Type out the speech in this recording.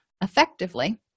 effectively